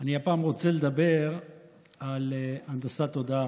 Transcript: אני רוצה לדבר הפעם על הנדסת תודעה.